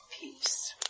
peace